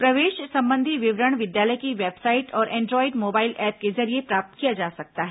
प्रवेश संबंधी विवरण विद्यालय की वेबसाइट और एंड्रॉएड मोबाइल ऐप के जरिए प्राप्त किया जा सकता है